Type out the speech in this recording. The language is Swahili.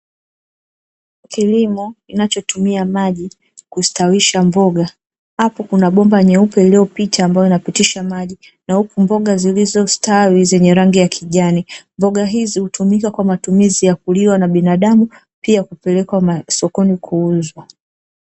Kilimo kinachotumia maji kustawisha mboga, hapo kuna bomba nyeupe iliyopita ambayo inapitisha maji, na huku mboga zilizostawi zenye rangi ya kijani. Mboga hizi hutumika kwa matumizi ya kuliwa na binadamu pia kupelekwa sokoni kuuzwa.